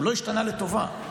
הוא לא השתנה לטובה,